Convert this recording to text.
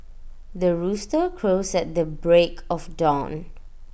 the rooster crows at the break of dawn